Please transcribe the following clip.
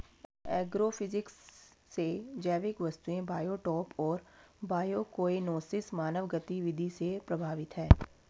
agrophysics से जैविक वस्तुएं बायोटॉप और बायोकोएनोसिस मानव गतिविधि से प्रभावित हैं